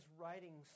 writing